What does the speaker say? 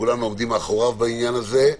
שכולנו עומדים מאחוריו בעניין הזה,